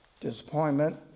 Disappointment